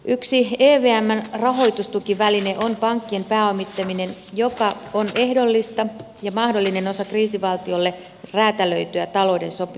yksi evmn rahoitustukiväline on pankkien pääomittaminen joka on ehdollista ja mahdollinen osa kriisivaltiolle räätälöityä talouden sopeutusohjelmaa